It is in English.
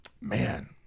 man